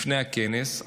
לפני הכנס,